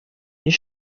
you